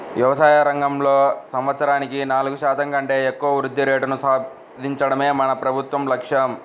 వ్యవసాయ రంగంలో సంవత్సరానికి నాలుగు శాతం కంటే ఎక్కువ వృద్ధి రేటును సాధించడమే మన ప్రభుత్వ లక్ష్యం